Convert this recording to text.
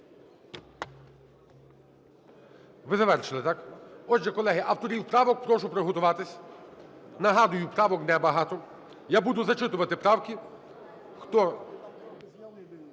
Ви завершили, так? Отже, колеги, авторів правок прошу приготуватися, нагадую, правок не багато. Я буду зачитувати правки,